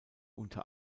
unter